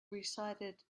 recited